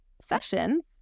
sessions